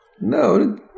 No